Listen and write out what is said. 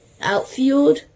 outfield